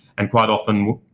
and quite often,